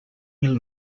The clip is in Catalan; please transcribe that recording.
mil